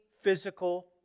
physical